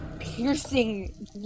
piercing